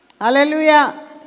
Hallelujah